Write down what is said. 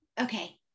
okay